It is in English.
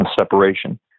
separation